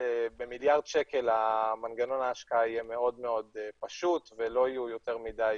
במיליארד שקל מנגנון ההשקעה יהיה מאוד מאוד פשוט ולא יהיו יותר מדי